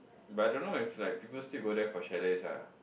but I don't know if like people still go there for chalets ah